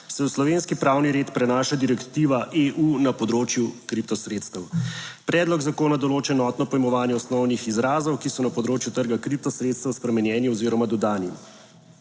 se v slovenski pravni red prenaša direktiva EU na področju kriptosredstev. Predlog zakona določa enotno pojmovanje osnovnih izrazov, ki so na področju trga kriptosredstev spremenjeni oziroma dodani.